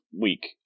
week